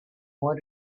why